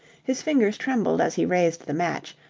his fingers trembled as he raised the match,